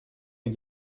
les